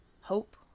hope